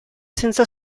senza